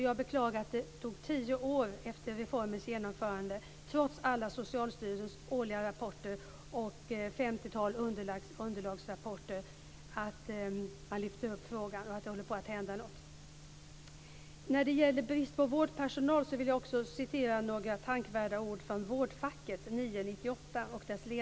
Jag beklagar att det tog tio år efter reformens genomförande, trots alla Socialstyrelsens årliga rapporter och ett femtiotal underlagsrapporter, innan man lyfte fram frågan och såg till att det hände något. När det gäller brist på vårdpersonal vill jag citera några tänkvärda ord från ledarsidan i Vårdfacket 9/1998.